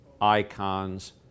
icons